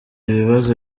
ibibazo